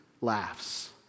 laughs